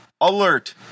alert